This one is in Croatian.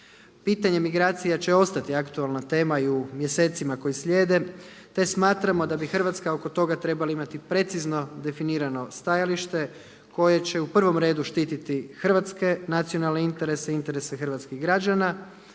Pitanje migracija će ostati aktualna tema i u mjesecima koji slijede te smatramo da bi Hrvatska oko toga trebala imati precizno definirano stajalište koje će u prvom redu štititi hrvatske nacionalne interese, interese hrvatskih građana